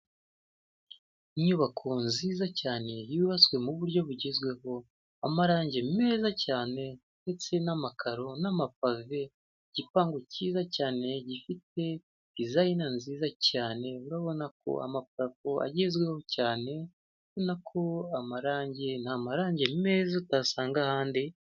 Inyubako nziza cyane yubatswe mu buryo bugezweho, amarangi meza cyane, ndetse n'amakaro n'amapave, igipangu cyiza cyane gifite dizayina nziza cyane, urabona ko amaparafo agezweho cyane, ubonako amarangi ni amarangi meza utasanga ahandi,...